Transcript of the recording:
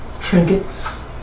trinkets